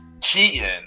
cheating